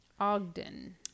Ogden